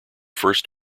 first